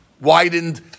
widened